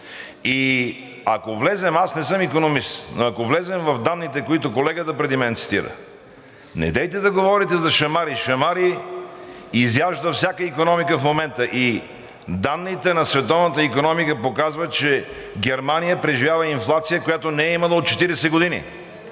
И ако влезем, аз не съм икономист, но ако влезем в данните, които колегата преди мен цитира, недейте да говорите за шамари. Шамари изяжда всяка икономика в момента. И данните на Световната икономика показват, че Германия преживява инфлация, която не е имала от 40 години